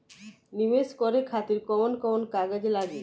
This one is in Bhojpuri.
नीवेश करे खातिर कवन कवन कागज लागि?